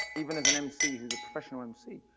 even as an mc, who is a professional mc,